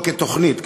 לא, כתוכנית.